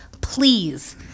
please